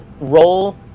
roll